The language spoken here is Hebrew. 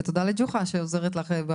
ותודה לג'וחא שעוזרת לך,